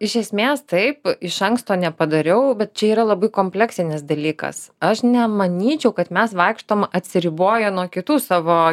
iš esmės taip iš anksto nepadariau bet čia yra labai kompleksinis dalykas aš nemanyčiau kad mes vaikštom atsiriboję nuo kitų savo